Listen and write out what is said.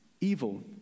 evil